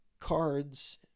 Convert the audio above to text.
cards